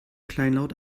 kleinlaut